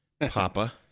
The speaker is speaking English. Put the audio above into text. Papa